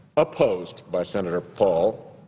opposed by senator paul,